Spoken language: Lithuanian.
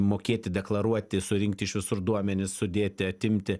mokėti deklaruoti surinkti iš visur duomenis sudėti atimti